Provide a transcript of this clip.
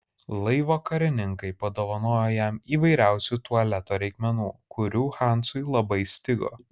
laivo karininkai padovanojo jam įvairiausių tualeto reikmenų kurių hansui labai stigo